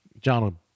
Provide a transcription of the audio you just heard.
John